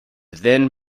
then